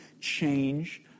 change